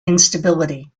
instability